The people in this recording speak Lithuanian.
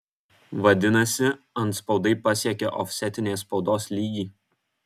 vadinasi antspaudai pasiekė ofsetinės spaudos lygį